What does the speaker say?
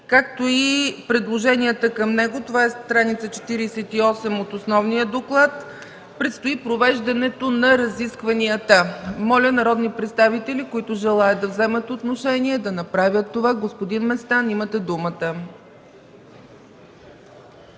както и предложенията към него – стр.48 от Основния доклад. Предстои провеждането на разискванията. Моля народните представители, които желаят да вземат отношение, да направят това. Господин Местан, имате думата.